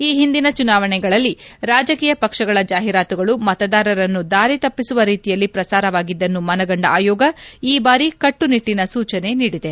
ಈ ಹಿಂದಿನ ಚುನಾವಣೆಗಳಲ್ಲಿ ರಾಜಕೀಯ ಪಕ್ಷಗಳ ಜಾಹೀರಾತುಗಳು ಮತದಾರರನ್ನು ದಾರಿ ತಪ್ಪಿಸುವ ರೀತಿಯಲ್ಲಿ ಶ್ರಸಾರವಗಿದ್ದನ್ನು ಮನಗಂಡ ಆಯೋಗ ಈ ಬಾರಿ ಕಟ್ಟುನಿಟ್ಟಿನ ಸೂಚನೆ ನೀಡಿದೆ